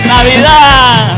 Navidad